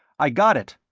i got it.